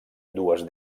dues